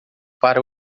para